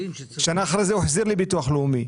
שנה אחרי זה הוא החזיר לי ביטוח לאומי,